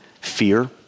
Fear